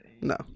No